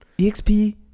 EXP